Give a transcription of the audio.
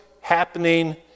happening